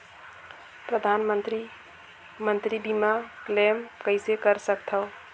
परधानमंतरी मंतरी बीमा क्लेम कइसे कर सकथव?